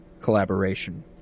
collaboration